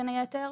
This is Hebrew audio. בין היתר,